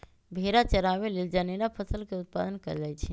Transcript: भेड़ा चराबे लेल जनेरा फसल के उत्पादन कएल जाए छै